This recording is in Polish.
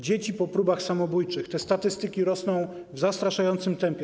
Dzieci po próbach samobójczych, te statystyki rosną w zastraszającym tempie.